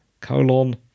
colon